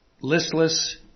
listless